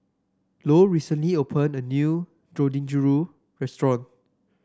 Lou recently opened a new Dangojiru Restaurant